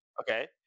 okay